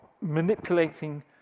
manipulating